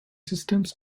systems